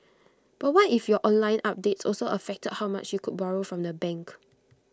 but what if your online updates also affected how much you could borrow from the bank